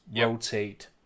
rotate